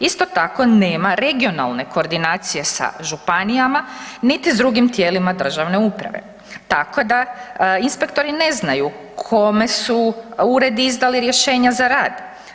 Isto tako nema regionalne koordinacije sa županijama, niti s drugim tijelima državne uprave, tako da inspektori ne znaju kome su uredi izdali rješenja za rad.